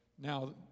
Now